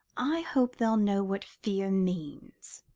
i hope they'll know what fear means.